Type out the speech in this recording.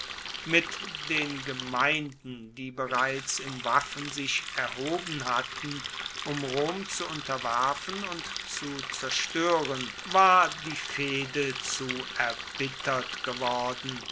mit den gemeinden die bereits in waffen sich erhoben hatten um rom zu unterwerfen und zu zerstören war die fehde zu erbittert geworden